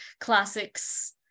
classics